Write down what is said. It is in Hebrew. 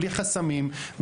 בלי חסמים,